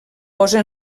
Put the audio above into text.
posa